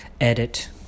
Edit